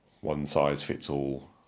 one-size-fits-all